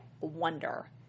wonder